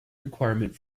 requirement